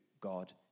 God